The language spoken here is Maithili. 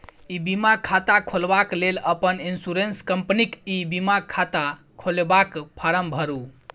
इ बीमा खाता खोलबाक लेल अपन इन्स्योरेन्स कंपनीक ई बीमा खाता खोलबाक फार्म भरु